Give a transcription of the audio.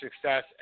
success